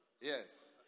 Yes